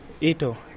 Ito